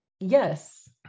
Yes